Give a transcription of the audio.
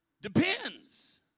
depends